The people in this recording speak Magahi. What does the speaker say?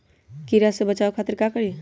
कीरा से बचाओ खातिर का करी?